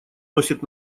носит